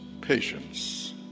Patience